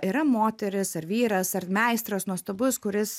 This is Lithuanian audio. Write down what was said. yra moteris ar vyras ar meistras nuostabus kuris